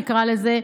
נקרא לזה,